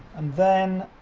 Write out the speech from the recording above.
and then